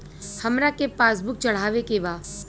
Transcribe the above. हमरा के पास बुक चढ़ावे के बा?